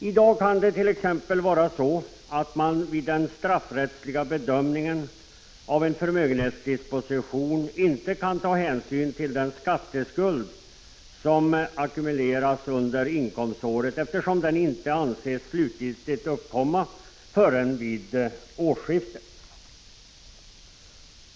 I dag kan det t.ex. vara så att man vid den straffrättsliga bedömningen av en förmögenhetsdisposition inte kan ta hänsyn till den skatteskuld som ackumuleras under inkomståret, eftersom den inte anses slutligt uppkommen förrän vid årsskiftet.